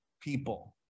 people